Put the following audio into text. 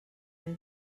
fred